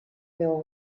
meu